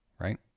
Right